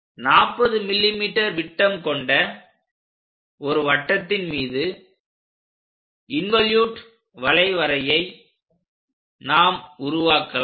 40 mm விட்டம் கொண்ட ஒரு வட்டத்தின் மீது இன்வோலூட் வளைவரையை நாம் உருவாக்கலாம்